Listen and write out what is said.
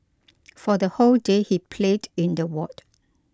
for the whole day he played in the ward